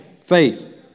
Faith